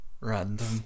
Random